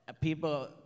People